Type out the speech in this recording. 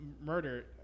murder